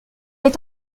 est